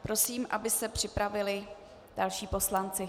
Prosím, aby se připravili další poslanci.